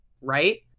Right